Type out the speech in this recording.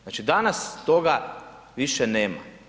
Znači danas toga više nema.